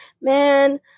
Man